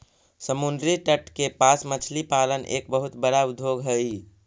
समुद्री तट के पास मछली पालन एक बहुत बड़ा उद्योग हइ